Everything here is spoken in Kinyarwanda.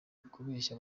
ukubeshya